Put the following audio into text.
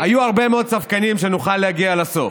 היו הרבה מאוד ספקנים שנוכל להגיע לסוף,